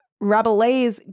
Rabelais